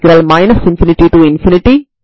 వీటిని మనం An లుగా వ్రాయవచ్చు